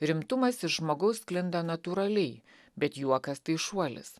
rimtumas iš žmogaus sklinda natūraliai bet juokas tai šuolis